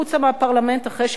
אחרי שהייתי שם יומיים.